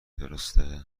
درسته